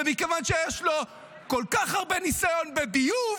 ומכיוון שיש לו כל כך הרבה ניסיון בביוב,